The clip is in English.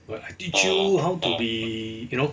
well I teach you how to be you know